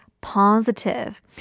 positive